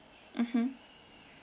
mmhmm